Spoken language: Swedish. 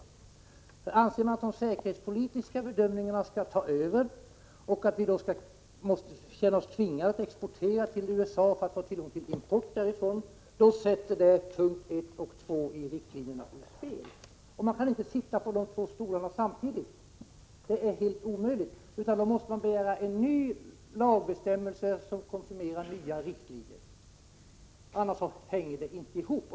Om man anser att de säkerhetspolitiska bedömningarna skall ta över och att vi måste känna oss tvingade att exportera till USA för att få tillgång till import därifrån, betyder det att punkterna 1 och 2 i riktlinjerna sätts ur spel. Man kan inte sitta på de två stolarna samtidigt — det är omöjligt. Då måste man begära en ny lagbestämmelse som konfirmerar nya riktlinjer, annars hänger det inte ihop.